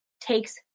takes